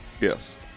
Yes